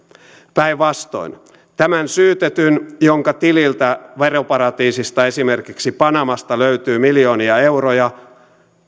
päinvastoin tämän syytetyn jonka tililtä veroparatiisista esimerkiksi panamasta löytyy miljoonia euroja